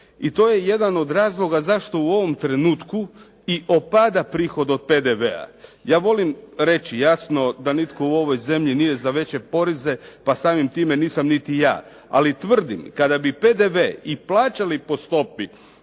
I to je jedan od razloga zašto u ovom trenutku i opada prihod od PDV-a. Ja volim reći jasno da nitko u ovoj zemlji nije za veće poreze, pa samim time nisam niti ja ali tvrdim kada bi PDV i plaćali po stopi